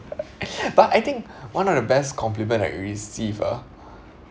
I think one of the best compliment I received ah